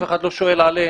אף אחד לא שואל עליהן,